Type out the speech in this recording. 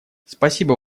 спасибо